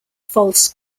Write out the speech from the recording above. false